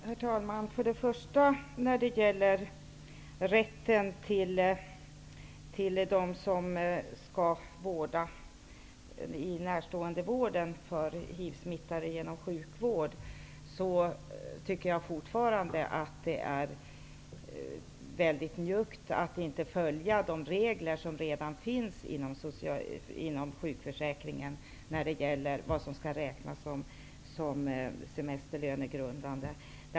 Herr talman! Jag vill först ta upp frågan om rätten till semesterlönegrundande ersättning till dem som vårdar personer som blivit hiv-smittade inom sjukvården. Jag tycker fortfarande att det är njuggt att inte följa de regler som finns inom sjukförsäkringen när det gäller frågan om vilken ersättning som skall räknas som semesterlönegrundande.